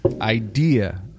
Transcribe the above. idea